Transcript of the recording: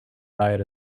diet